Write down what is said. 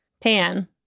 pan